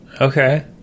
Okay